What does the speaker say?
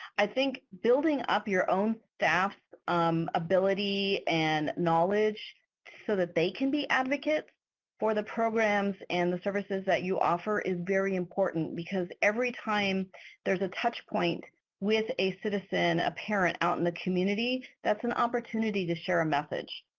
i think building up your own staff's ability and knowledge so that they can be advocates for the programs and the services that you offer is very important because every time there's a touch point with a citizen, a parent out in the community that's an opportunity to share a message.